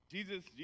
Jesus